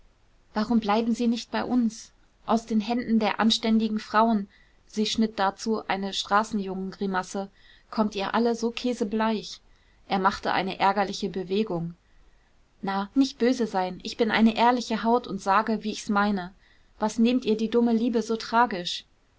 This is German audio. warum bleiben sie nicht bei uns aus den händen der anständigen frauen sie schnitt dazu eine straßenjungengrimasse kommt ihr alle so käsebleich er machte eine ärgerliche bewegung na nicht böse sein ich bin eine ehrliche haut und sage wie ich's meine was nehmt ihr die dumme liebe so tragisch